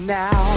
now